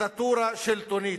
דיקטטורה שלטונית.